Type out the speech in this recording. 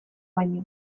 baino